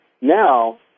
Now